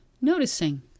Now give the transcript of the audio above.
noticing